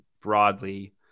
broadly